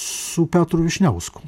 su petru vyšniausku